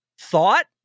thought